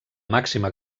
màxima